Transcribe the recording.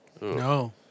No